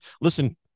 Listen